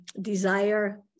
desire